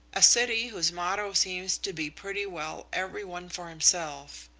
a city whose motto seems to be pretty well every one for himself.